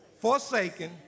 forsaken